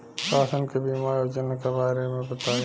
शासन के बीमा योजना के बारे में बताईं?